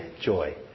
joy